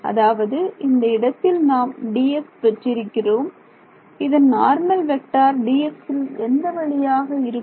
அதாவது இந்த இடத்தில் நாம் Dx பெற்றிருக்கிறோம் இதன் நார்மல் வெக்டர் Dxல் எந்த வழியாக இருக்கும்